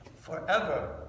Forever